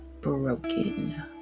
broken